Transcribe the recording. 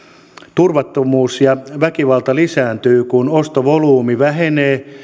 turvattomuus ja väkivalta lisääntyvät kun ostovolyymi vähenee